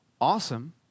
Awesome